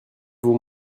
vous